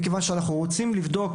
מכיוון שאנחנו רוצים לבדוק,